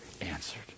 answered